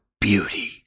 beauty